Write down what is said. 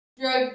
drug